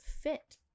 fit